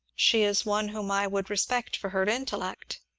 she is one whom i would respect for her intellect.